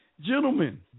gentlemen